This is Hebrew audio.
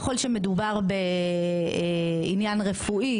ככל שמדובר בעניין רפואי,